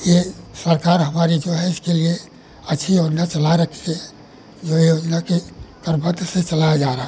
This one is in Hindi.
यह सरकार हमारी जो है इसके लिए अच्छी योजना चला रखते हैं जो योजना के सर्वत्र से चलाया जा रहा है